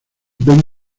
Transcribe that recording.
ben